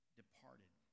departed